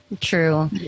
True